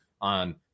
on